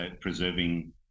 preserving